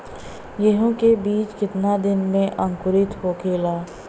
गेहूँ के बिज कितना दिन में अंकुरित होखेला?